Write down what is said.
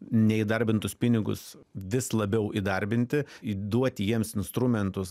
neįdarbintus pinigus vis labiau įdarbinti įduoti jiems instrumentus